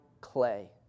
clay